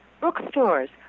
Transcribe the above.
Bookstores